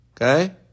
Okay